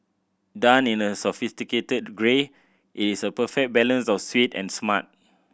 done in a sophisticated grey it is a perfect balance of sweet and smart